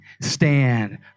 stand